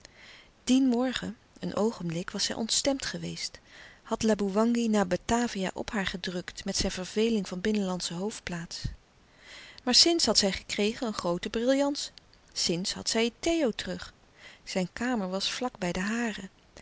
dien morgen een oogenblik was zij ontstemd geweest had laboewangi na batavia op haar gedrukt met zijn verveling van binnenlandsche hoofdplaats maar sinds had zij gekregen een grooten brillant sinds had zij theo terug zijn kamer was vlak bij de hare